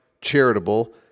charitable